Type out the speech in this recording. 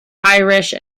irish